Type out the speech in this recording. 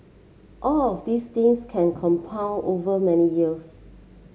all of these things can compound over many years